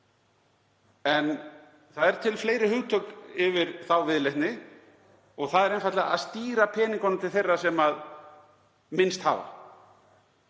En það eru til fleiri hugtök yfir þá viðleitni og það er einfaldlega að stýra peningunum til þeirra sem minnst hafa.